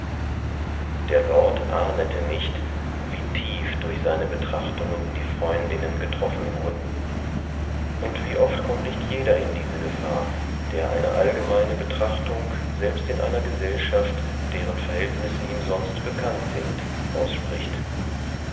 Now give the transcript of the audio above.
der lord ahnete nicht wie tief durch seine betrachtungen die freundinnen getroffen wurden und wie oft kommt nicht jeder in diese gefahr der eine allgemeine betrachtung selbst in einer gesellschaft deren verhältnisse ihm sonst bekannt sind ausspricht